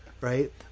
right